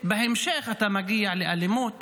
בהמשך אתה מגיע לאלימות